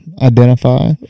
identify